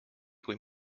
kui